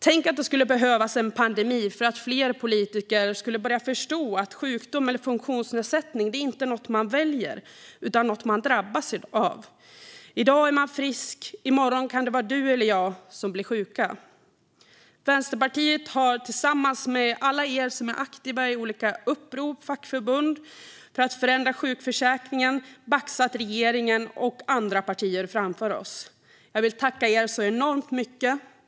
Tänk att det skulle behövas en pandemi för att fler politiker skulle börja förstå att sjukdom eller funktionsnedsättning inte är något man väljer utan något man drabbas av! I dag är man frisk, men i morgon kan det vara du eller jag som blir sjuk. Vänsterpartiet har tillsammans med alla er som är aktiva i olika upprop och fackförbund för att förändra sjukförsäkringen baxat regeringen och andra partier framför oss. Jag vill tacka er så enormt mycket.